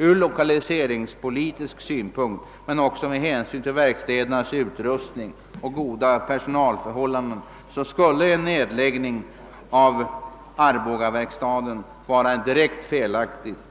Ur lokaliseringspolitisk synpunkt men också med hänsyn till verkstadens utrustning och personalförhållanden skulle en nedläggning av arbogaverkstaden vara en direkt felaktig åtgärd